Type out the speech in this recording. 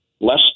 Less